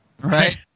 Right